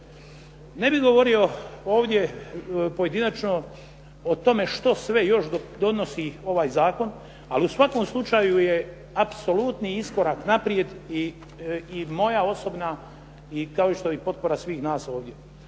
Ne bih govorio ovdje pojedinačno o tome što sve još donosi ovaj zakon, ali u svakom slučaju je apsolutni iskorak naprijed i moja osobna i kao što je i potpora svih nas ovdje.